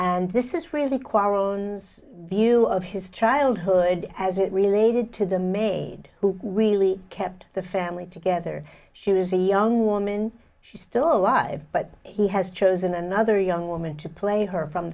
and this is really quite view of his childhood as it related to the maid who really kept the family together she was a young woman she's still alive but he has chosen another young woman to play her from